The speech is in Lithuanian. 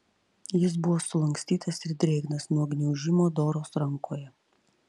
jis buvo sulankstytas ir drėgnas nuo gniaužimo doros rankoje